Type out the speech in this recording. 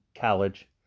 college